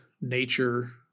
nature